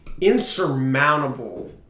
insurmountable